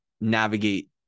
navigate